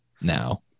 now